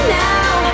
now